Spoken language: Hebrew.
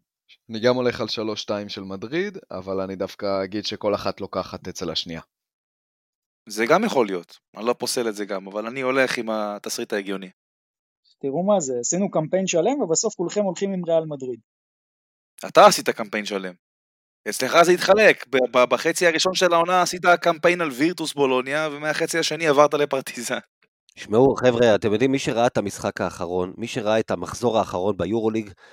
אני גם הולך על 3-2 של מדריד, אבל אני דווקא אגיד שכל אחת לוקחת אצל השנייה. זה גם יכול להיות, אני לא פוסל את זה גם, אבל אני הולך עם התסריט ההגיוני. תראו מה זה, עשינו קמפיין שלם ובסוף כולכם הולכים עם ריאל מדריד. אתה עשית קמפיין שלם. אצלך זה התחלק, ב- ב- בחצי הראשון של העונה עשית הקמפיין על וירטוס בולוניה, ומהחצי השני עברת לפרטיזן. שמעו, חבר'ה, אתם יודעים, מי שראה את המשחק האחרון, מי שראה את המחזור האחרון ביורוליג,